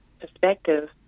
perspective